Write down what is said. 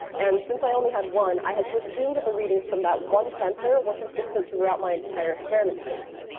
and since i only had one, i had to assume that the readings from that one sensor were consistent throughout my entire experiment space.